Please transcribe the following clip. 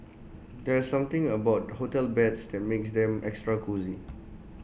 there's something about hotel beds that makes them extra cosy